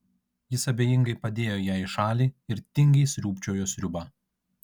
jis abejingai padėjo ją į šalį ir tingiai sriūbčiojo sriubą